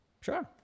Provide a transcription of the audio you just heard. Sure